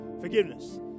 Forgiveness